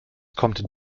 kommt